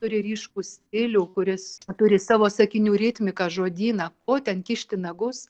turi ryškų stilių kuris turi savo sakinių ritmiką žodyną ko ten kišti nagus